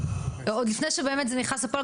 עוד לפני שזה באמת נכנס לפועל,